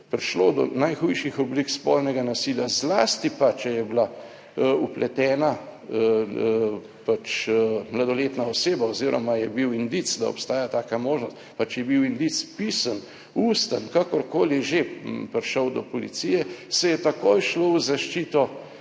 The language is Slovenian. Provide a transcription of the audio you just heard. prišlo do najhujših oblik spolnega nasilja, zlasti pa, če je bila vpletena pač mladoletna oseba oziroma je bil indic, da obstaja taka možnost, pa če je bil indic pisen, usten, kakorkoli že, prišel do policije, se je takoj šlo v zaščito